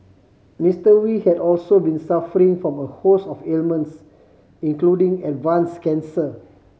Mister Wee had also been suffering from a host of ailments including advanced cancer